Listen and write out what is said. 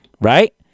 right